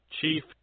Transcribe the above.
Chief